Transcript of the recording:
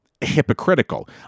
hypocritical